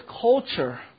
culture